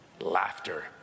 Laughter